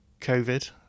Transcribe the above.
COVID